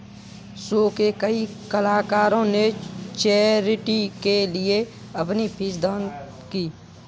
show के कई कलाकारों ने चैरिटी के लिए अपनी फीस दान की